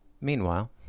Meanwhile